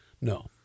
No